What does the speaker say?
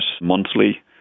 monthly